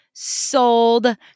sold